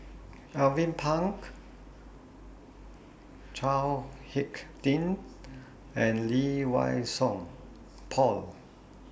Alvin Pang Chao Hick Tin and Lee Wei Song Paul